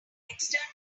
external